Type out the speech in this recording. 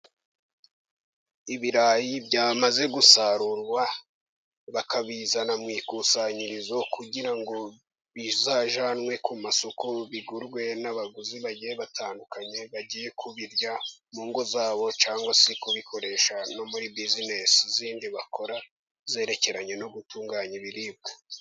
Ibirayi byamaze gusarurwa, bakabizana mu ikusanyirizo kugira ngo bizajyanwe ku masoko, bigurwe n'abaguzi bagiye batandukanye bagiye kubirya mu ngo zabo, cyangwa se kubikoresha no muri bizinesi zindi bakora zerekeranye no gutunganya ibiribwa.